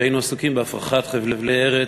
והיינו עסוקים בהפרחת חבלי ארץ,